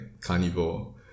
carnivore